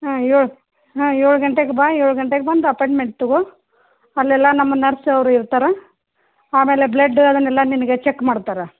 ಹಾಂ ಏಳು ಹಾಂ ಏಳು ಗಂಟೆಗೆ ಬಾ ಏಳು ಗಂಟೆಗೆ ಬಂದು ಅಪಾಯಿಂಟ್ಮೆಂಟ್ ತೊಗೋ ಅಲ್ಲೆಲ್ಲ ನಮ್ಮ ನರ್ಸ್ ಅವರು ಇರ್ತಾರೆ ಆಮೇಲೆ ಬ್ಲಡ್ಡು ಅದನ್ನೆಲ್ಲ ನಿನಗೆ ಚೆಕ್ ಮಾಡ್ತಾರೆ